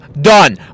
done